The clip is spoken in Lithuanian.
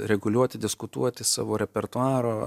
reguliuoti diskutuoti savo repertuaro